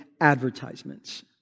advertisements